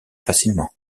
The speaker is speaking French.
facilement